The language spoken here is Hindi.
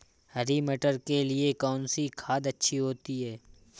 हरी मटर के लिए कौन सी खाद अच्छी होती है?